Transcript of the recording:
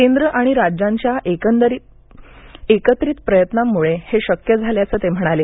केंद्र आणि राज्यांच्या एकत्रित प्रयात्नांमुळे हे शक्य झाल्याचं ते म्हणाले